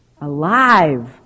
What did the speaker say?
alive